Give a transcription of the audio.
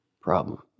problem